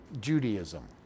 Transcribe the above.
Judaism